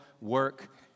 work